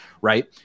Right